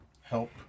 help